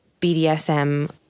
BDSM